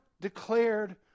declared